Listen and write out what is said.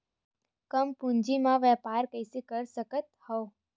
कम पूंजी म व्यापार कइसे कर सकत हव?